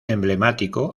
emblemático